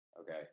Okay